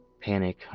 panic